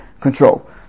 control